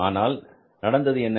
ஆனால் நடந்தது என்ன